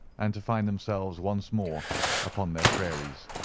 and to find themselves once more upon their prairies.